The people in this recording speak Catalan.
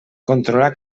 controlar